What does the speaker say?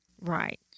Right